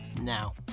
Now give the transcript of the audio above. Now